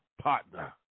partner